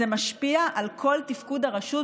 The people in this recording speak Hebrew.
זה משפיע על כל תפקוד הרשות,